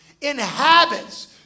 inhabits